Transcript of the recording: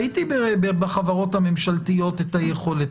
ראיתי בחברות הממשלתיות את היכולת